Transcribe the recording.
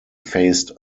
faced